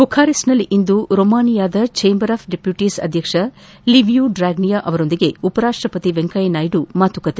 ಬುಖಾರೆಸ್ಸ್ನಲ್ಲಿ ಇಂದು ರೊಮೆನಿಯಾದ chamber of deputies ಅಧ್ಯಕ್ಷ ಲಿವಿಯೂ ಡ್ರಾಗ್ನಿಯಾ ಅವರೊಂದಿಗೆ ಉಪರಾಷ್ಷಪತಿ ವೆಂಕಯ್ಲನಾಯ್ಡು ಮಾತುಕತೆ